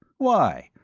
why?